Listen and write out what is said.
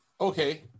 Okay